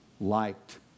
liked